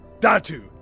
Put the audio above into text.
Datu